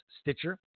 Stitcher